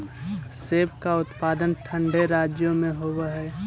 सेब का उत्पादन ठंडे राज्यों में होव हई